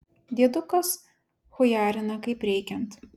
diedukas chujarina kaip reikiant